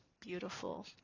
Beautiful